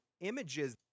images